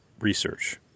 research